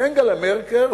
אנגלה מרקר,